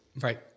Right